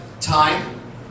time